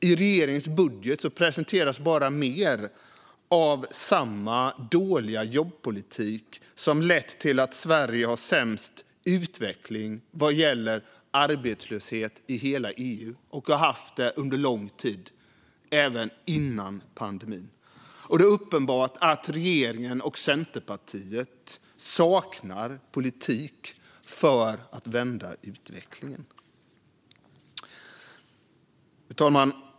I regeringens budget presenteras bara mer av samma dåliga jobbpolitik som lett till att Sverige under långt tid, även före pandemin, haft sämst utveckling vad gäller arbetslöshet i hela EU. Det är uppenbart att regeringen och Centerpartiet saknar politik för att vända utvecklingen.